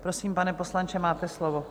Prosím, pane poslanče, máte slovo.